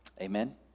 Amen